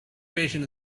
patient